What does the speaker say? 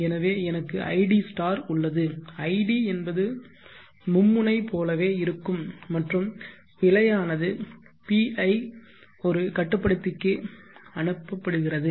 எனவே எனக்கு ஐடி உள்ளது id என்பது மும்முனை போலவே இருக்கும் மற்றும் பிழையானது PI ஒரு கட்டுப்படுத்திக்கு அனுப்பப்படுகிறது